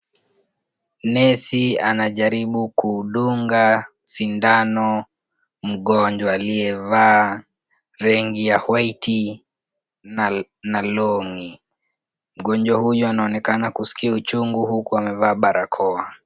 Nesi anajaribu kudunga sindano mgonjwa aliyevaa rangi ya white na long'i . Mgonjwa huyu anaonekana kuskia uchungu huku amevaa barakoa.